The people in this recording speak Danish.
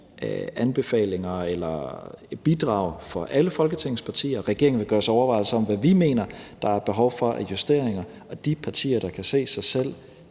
anbefalinger eller bidrag for alle Folketingets partier. Regeringen vil gøre sig overvejelser over, hvad vi mener der er behov for af justeringer, og de partier, der kan se sig selv